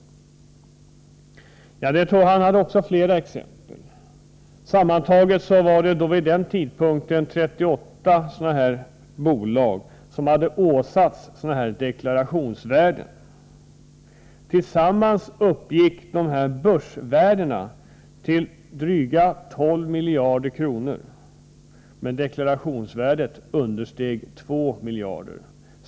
Göran Skytte hade fler exempel. Vid den aktuella tidpunkten hade 38 liknande bolag åsatts sådana här låga deklarationsvärden. Tillsammans uppgick deras börsvärden till drygt 12 miljarder kronor, men deklarations värdet understeg 2 miljarder kronor.